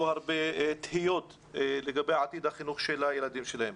הרבה תהיות לגבי עתיד החינוך של הילדים שלהם.